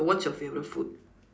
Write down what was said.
what's your favourite food